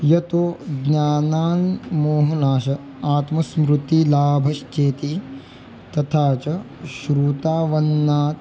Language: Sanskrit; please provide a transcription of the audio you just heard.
तो ज्ञानान् मोहनाश आत्मस्मृतिलाभश्चेति तथा च श्रुतौ अनात्मवित्